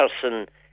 person